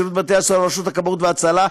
שירות בתי-הסוהר ורשות הכבאות וההצלה,